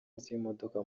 z’imodoka